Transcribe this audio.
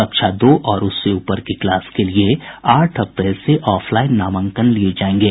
कक्षा दो और उससे ऊपर के क्लास के लिए आठ अप्रैल से ऑफलाईन नामांकन लिये जायेंगे